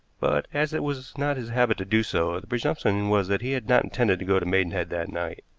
but, as it was not his habit to do so, the presumption was that he had not intended to go to maidenhead that night.